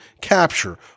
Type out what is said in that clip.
capture